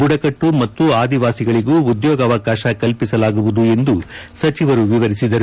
ಬುಡಕಟ್ಷು ಮತ್ತು ಅದಿವಾಸಿಗಳಿಗೂ ಉದ್ಯೋಗಾವಕಾಶ ಕಲ್ಪಿಸಲಾಗುವುದು ಎಂದು ಸಚಿವರು ವಿವರಿಸಿದರು